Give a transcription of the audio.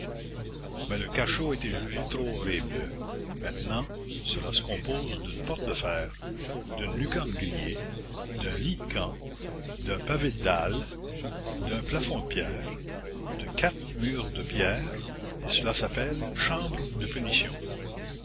mais le cachot a été jugé trop horrible maintenant cela se compose d'une porte de fer d'une lucarne grillée d'un lit de camp d'un pavé de dalles d'un plafond de pierre de quatre murs de pierre et cela s'appelle chambre de punition